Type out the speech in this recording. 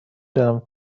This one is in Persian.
دانم